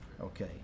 Okay